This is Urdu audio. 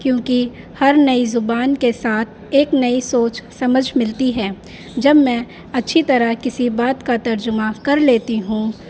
کیونکہ ہر نئی زبان کے ساتھ ایک نئی سوچ سمجھ ملتی ہے جب میں اچھی طرح کسی بات کا ترجمہ کر لیتی ہوں